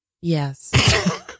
Yes